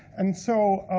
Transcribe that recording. and so,